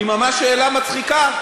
היא ממש שאלה מצחיקה,